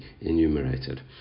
enumerated